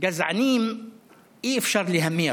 גזענים אי-אפשר להמיר,